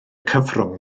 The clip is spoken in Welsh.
cyfrwng